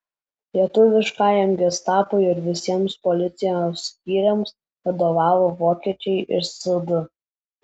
lietuviškajam gestapui ir visiems policijos skyriams vadovavo vokiečiai iš sd